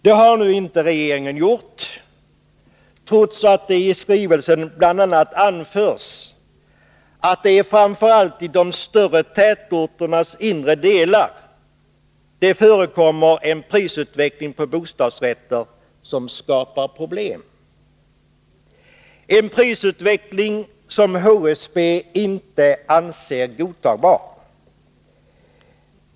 Det har nu inte regeringen gjort, trots att det i skrivelsen bl.a. anförs att det framför allt i de större tätorternas inre delar förekommer en prisutveckling på bostadsrätter som skapar problem — en prisutveckling som HSB inte anser godtagbar.